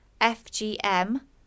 fgm